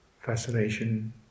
fascination